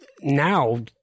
now